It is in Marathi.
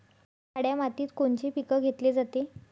काळ्या मातीत कोनचे पिकं घेतले जाते?